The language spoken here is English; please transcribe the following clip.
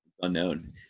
unknown